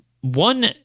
one